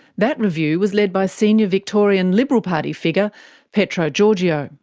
that review was led by senior victorian liberal party figure petro georgiou.